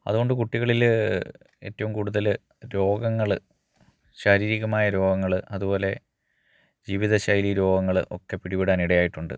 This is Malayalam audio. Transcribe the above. അതുകൊണ്ട് കുട്ടികളില് ഏറ്റവും കൂടുതല് രോഗങ്ങള് ശാരീരികമായ രോഗങ്ങള് അതുപോലെ ജീവിത ശൈലി രോഗങ്ങള് ഒക്കെ പിടിപ്പെടാൻ ഇടയായിട്ടുണ്ട്